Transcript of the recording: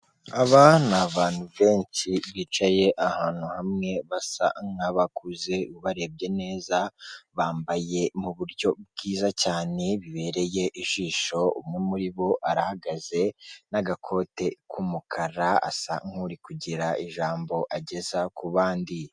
Aba ni abantu benshi bicaye ahantu hamwe basa nk'abakuze ubarebye neza bambaye mu buryo bwiza cyane bibereye ijisho umwe muri bo aragaze n'agakote k'umukara asa nk'uri kugira ijambo ageza ku bandi.